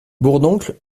bourdoncle